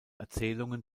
erzählungen